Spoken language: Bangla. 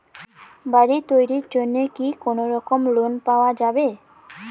বাড়ি তৈরির জন্যে কি কোনোরকম লোন পাওয়া যাবে?